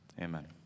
Amen